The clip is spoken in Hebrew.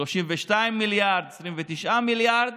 32 מיליארד, 29 מיליארד,